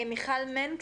מיכל מנקס,